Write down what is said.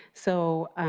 so,